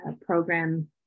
program